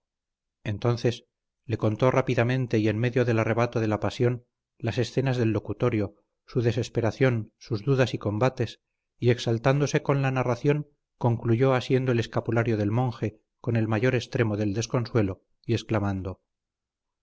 entonces le contó rápidamente y en medio del arrebato de la pasión las escenas del locutorio su desesperación sus dudas y combates y exaltándose con la narración concluyó asiendo el escapulario del monje con el mayor extremo del desconsuelo y exclamando